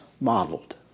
modeled